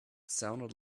sounded